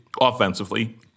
offensively